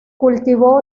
cultivó